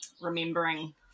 remembering